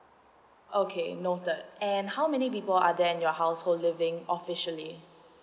okay noted and how many people are there in your household living officially